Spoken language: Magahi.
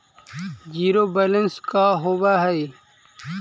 जिरो बैलेंस का होव हइ?